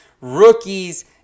rookies